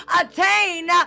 attain